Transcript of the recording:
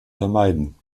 vermeiden